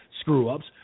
screw-ups